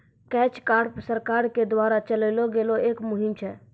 catch कॉर्प सरकार के द्वारा चलैलो गेलो एक मुहिम छै